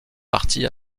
partie